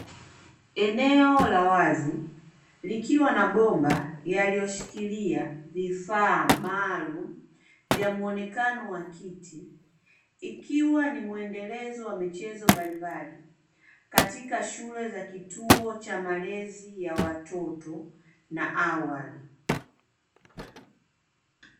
Eneo la wazi likiwa na bomba yaliyoshikiria vifaa maalumu vya muonekano wa kiti, ikiwa ni muendelezo wa michezo mbalimbali katika shule za kituo cha malezi ya watoto na awali.